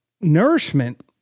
nourishment